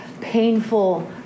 painful